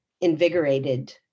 invigorated